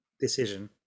decision